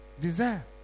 Desire